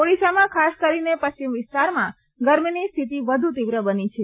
ઓડિશામાં ખાસ કરીને પશ્ચિમ વિસ્તારમાં ગરમીની સ્થિતિ વધુ તીવ્ર બની હતી